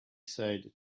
said